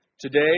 today